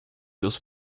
dos